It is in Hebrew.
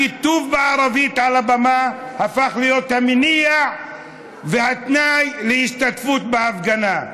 הכיתוב בערבית על הבמה הפך להיות המניע והתנאי להשתתפות בהפגנה.